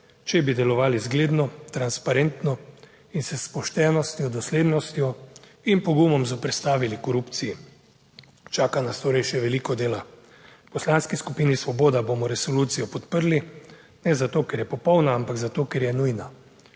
(nadaljevanje) zgledno transparentno in se s poštenostjo, doslednostjo in pogumom zoperstavili korupciji. Čaka nas torej še veliko dela. V Poslanski skupini Svoboda bomo resolucijo podprli ne zato, ker je popolna, ampak zato, ker je nujna.